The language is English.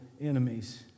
enemies